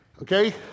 okay